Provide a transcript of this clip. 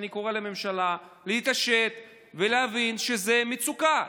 אני קורא לממשלה להתעשת ולהבין שזו מצוקה.